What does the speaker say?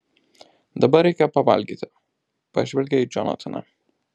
dabar reikia pavalgyti pažvelgia į džonataną